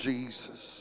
Jesus